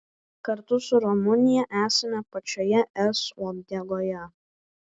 kartu su rumunija esame pačioje es uodegoje